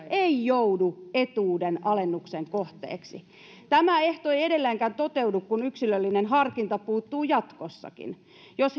ei joudu etuuden alennuksen kohteeksi tämä ehto ei edelleenkään toteudu kun yksilöllinen harkinta puuttuu jatkossakin jos